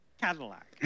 Cadillac